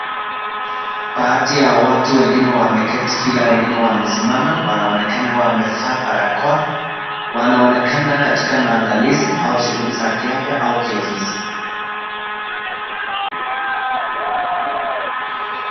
Baadhi ya watu wengine wameketi ila wengine wamesimama wanaonekana wamevaa barakoa. Wanaonekana katika maadalizi au shughuli za kiafya au kiofisi.